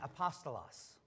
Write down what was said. apostolos